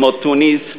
כמו תוניסיה,